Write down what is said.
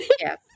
Yes